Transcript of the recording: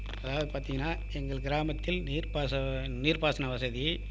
அதாவது பார்த்திங்கன்னா எங்கள் கிராமத்தில் நீர்ப் பாச நீர்ப் பாசன வசதி